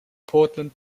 portland